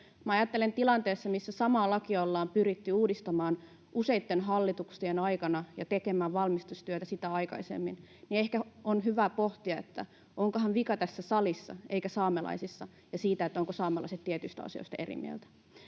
ajattelen, että tilanteessa, missä samaa lakia ollaan pyritty uudistamaan useitten hallitusten aikana ja sitä aikaisemmin tekemään valmistustyötä, ehkä on hyvä pohtia, onkohan vika tässä salissa eikä saamelaisissa ja siinä, ovatko saamelaiset tietyistä asioista eri mieltä.